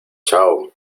chao